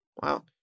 Wow